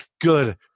good